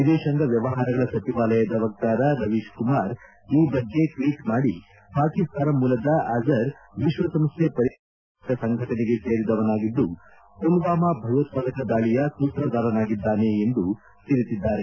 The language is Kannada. ವಿದೇಶಾಂಗ ವ್ಯವಹಾರಗಳ ಸಚಿವಾಲಯದ ವಕ್ತಾರ ರವೀತ್ಕುಮಾರ್ ಈ ಬಗ್ಗೆ ಟ್ವೀಟ್ ಮಾಡಿ ಪಾಕಿಸ್ತಾನ ಮೂಲದ ಅಜರ್ ವಿಶ್ವಸಂಸ್ಥೆ ಪರಿಗಣಿಸಿರುವ ಭಯೋತ್ಪಾದಕ ಸಂಘಟನೆಗೆ ಸೇರಿದವನಾಗಿದ್ದು ಮಲ್ನಾಮಾ ಭಯೋತ್ಪಾದಕ ದಾಳಿಯ ಸೂತ್ರದಾರನಾಗಿದ್ದಾನೆ ಎಂದು ತಿಳಿಸಿದ್ದಾರೆ